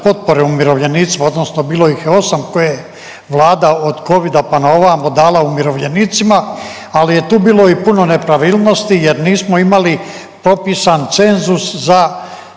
potpore umirovljenicima odnosno bilo ih je osam koje je Vlada od covida pa na ovamo dala umirovljenicima. Ali je tu bilo i puno nepravilnosti jer nismo imali propisan cenzus za